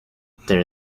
there